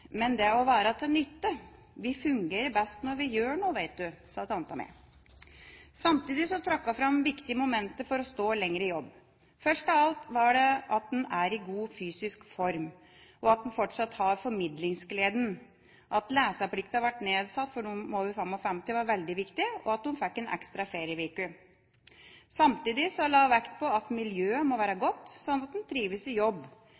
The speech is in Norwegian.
men det å være til nytte. Vi fungerer best når vi gjør noe, vet du, sa tante. Samtidig trakk hun fram viktige momenter for å stå lenger i jobb: Først av alt at en er i god fysisk form, og at en fortsatt har formidlingsgleden. At leseplikten ble nedsatt for dem over 55 år, var veldig viktig, og at de fikk en ekstra ferieuke. Samtidig la hun vekt på at miljøet må være godt, slik at en trives i jobb.